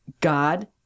God